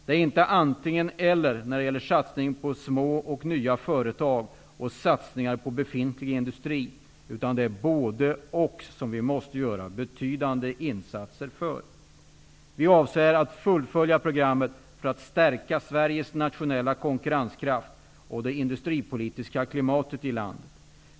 Det är inte antingen eller när det gäller satsning på små och nya företag och satsningar på befintlig industri. Det är både och vi måste göra betydande insatser för. Vi avser att fullfölja programmet för att stärka Sveriges nationella konkurrenskraft och det industripolitiska klimatet i landet.